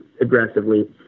aggressively